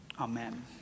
Amen